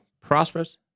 prosperous